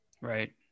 Right